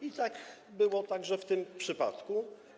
I tak było także w tym przypadku.